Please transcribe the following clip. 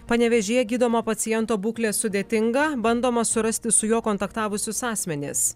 panevėžyje gydomo paciento būklė sudėtinga bandoma surasti su juo kontaktavusius asmenis